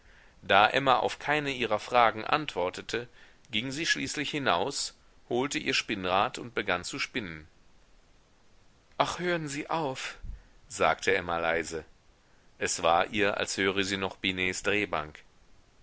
da emma auf keine ihrer fragen antwortete ging sie schließlich hinaus holte ihr spinnrad und begann zu spinnen ach hören sie auf sagte emma leise es war ihr als höre sie noch binets drehbank